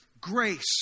grace